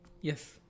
Yes